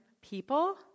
people